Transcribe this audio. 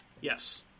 Yes